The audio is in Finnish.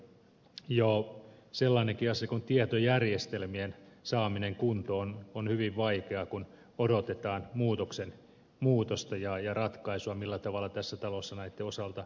jo sellainenkin asia kuin tietojärjestelmien saaminen kuntoon on hyvin vaikeaa kun odotetaan muutoksen muutosta ja ratkaisua millä tavalla tässä talossa näitten osalta edetään